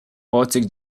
baltic